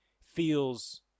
feels